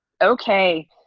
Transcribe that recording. Okay